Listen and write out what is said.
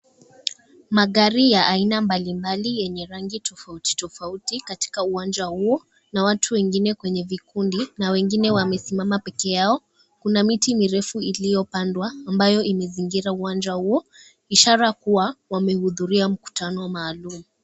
Magari ya aina mbali mbali yenye rangi tofauti tofauti katika uwanja huu, na watu wengine kwenye vikundi, na wengine wamesimama peke yao. Kuna miti mirefu iliyopandwa ambayo imezingira uwanja huo, ishara kuwa wamehudhulia mkutano maalum.